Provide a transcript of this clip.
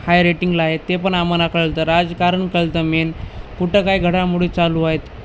हाय रेटिंगला आहे ते पण आम्हाला कळतं राजकारण कळतं मेन कुठं काय घडामोडी चालू आहेत